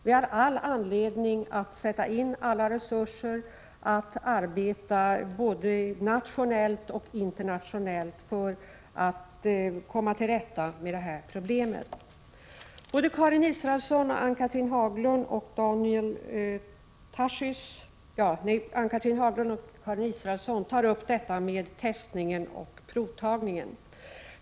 Vi har all anledning att sätta in alla resurser och arbeta både nationellt och internationellt för att komma till rätta med dessa problem. Både Karin Israelsson och Ann-Cathrine Haglund nämner testning och provtagning.